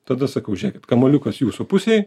tada sakau žiūrėkit kamuoliukas jūsų pusėj